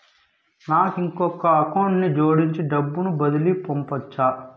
నాకు ఇంకొక అకౌంట్ ని జోడించి డబ్బును బదిలీ పంపొచ్చా?